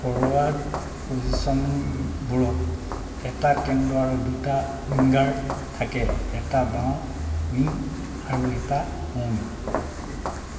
forward পজিশ্যনবোৰত এটা কেন্দ্ৰ আৰু দুটা উইংগাৰ থাকে এটা বাওঁ উইং আৰু এটা সোঁ উইং